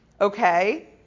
Okay